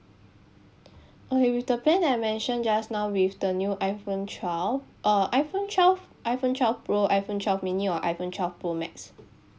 uh with with the plan that I mentioned just now with the new iphone twelve uh iphone twelve iphone twelve pro iphone twelve mini or iphone twelve pro max